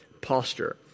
posture